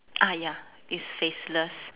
ah ya it's faceless